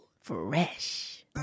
Fresh